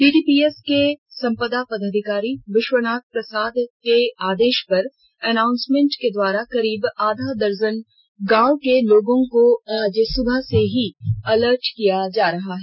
PTPS के संपदा पदाधिकारी विश्वनाथ प्रसाद के आदेश पर अनाउंसमेंट के द्वारा करीब आधा दर्जन गांव के लोगों को आज सुबह से ही अलर्ट किया जा रहा है